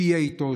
שיהיה איתם,